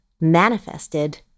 manifested